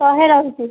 ଶହେ ରହୁଛି